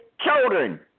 children